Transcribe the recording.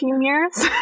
years